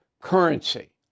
currency